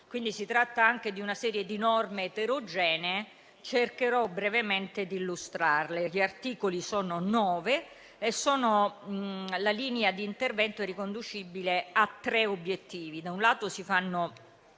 quindi si tratta anche di una serie di norme eterogenee, che cercherò brevemente di illustrare. Gli articoli sono nove. La linea di intervento è riconducibile a tre obiettivi: da un lato si fanno,